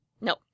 No